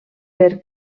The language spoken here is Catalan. per